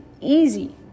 easy